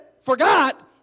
forgot